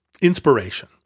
inspiration